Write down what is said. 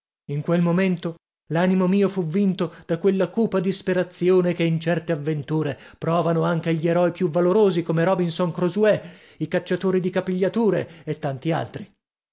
in quel momento l'animo mio fu vinto da quella cupa disperazione che in certe avventure provano anche gli eroi più valorosi come robinson crosuè i cacciatori di capigliature e tanti altri